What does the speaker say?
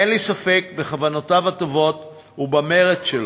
אין לי ספק בכוונותיו הטובות ובמרץ שלו,